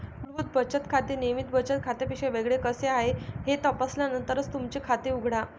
मूलभूत बचत खाते नियमित बचत खात्यापेक्षा वेगळे कसे आहे हे तपासल्यानंतरच तुमचे खाते उघडा